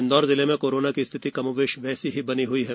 इंदौर जिले में कोरोना की स्थिति कमोबेश वैसी ही है